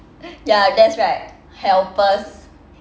ya that's right helpers